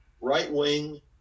right-wing